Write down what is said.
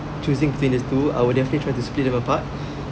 choosing between the two I will definitely try to split them apart